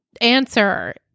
answer